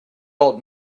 old